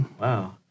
Wow